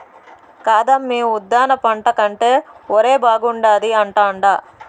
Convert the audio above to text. కాదమ్మీ ఉద్దాన పంట కంటే ఒరే బాగుండాది అంటాండా